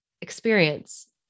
experience